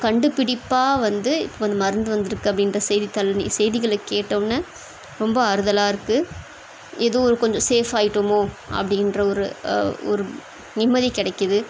கண்டுபிடிப்பா வந்து இப்போ அந்த மருந்து வந்துருக்கு அப்படின்ற செய்தித்தாள்ன செய்திகள கேட்டவுடனே ரொம்ப ஆறுதலாக இருக்கு எதோ ஒரு கொஞ்சம் ஃசேப் ஆயிட்டமோ அப்படின்ற ஒரு ஒரு நிம்மதி கிடைக்கிது